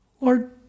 Lord